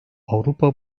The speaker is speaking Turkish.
avrupa